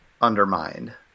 undermined